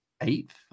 eighth